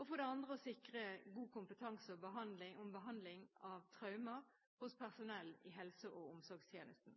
og for det andre å sikre god kompetanse på behandling av traumer hos personell i helse- og omsorgstjenesten.